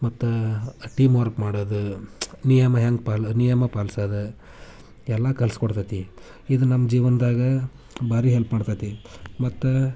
ಮತ್ತೆ team work ಮಾಡೋದು ನಿಯಮ ಹೆಂಗೆ ಪಾಲ ನಿಯಮ ಪಾಲ್ಸದು ಎಲ್ಲ ಕಲಿಸ್ಕೊಡ್ತತಿ ಇದು ನಮ್ಮ ಜೀವನ್ದಾಗೆ ಭಾರಿ ಹೆಲ್ಪ್ ಮಾಡ್ತತೆ ಮತ್ತೆ